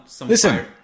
Listen